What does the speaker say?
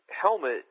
helmet